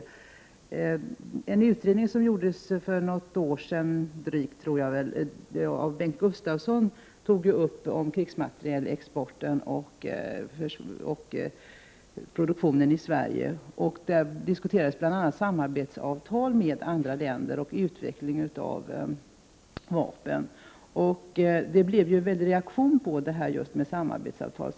I en utredning som gjordes för drygt ett år sedan av Bengt Gustavsson togs krigsmaterielexporten och krigsmaterielproduktionen i Sverige upp. Där diskuterades bl.a. samarbetsavtal med andra länder och utveckling av vapen. Det blev en stark reaktion i frågan om samarbetsavtal.